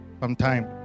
sometime